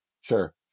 Sure